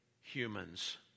humans